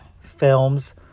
Films